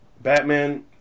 Batman